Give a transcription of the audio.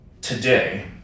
today